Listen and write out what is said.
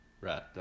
Right